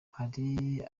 hari